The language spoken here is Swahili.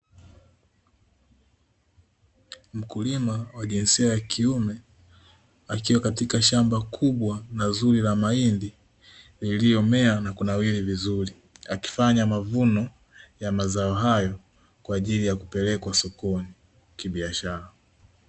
Mkulima wa jinsia ya kiume akiwa katika shamba kubwa na zuri la mahindi iliyomea na kunawiri vizuri, akifanya mavuno ya mazao hayo kwa ajili ya kupelekwa sokoni kibiashara.